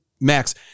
Max